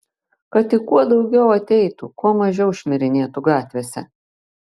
kad tik kuo daugiau ateitų kuo mažiau šmirinėtų gatvėse